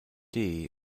may